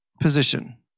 position